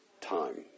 time